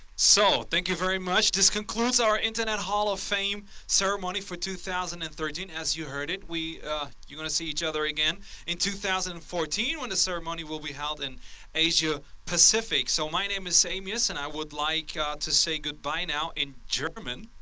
so, thank you very much. this concludes our internet hall of fame ceremony for two thousand and thirteen. as you heard it, we you're going to see each other again in two thousand and fourteen when the ceremony will be held in asia pacific. so my name is amius, and i would like to say goodbye now in german.